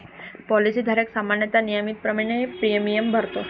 policy धारक सामान्यतः नियमितपणे प्रीमियम भरतो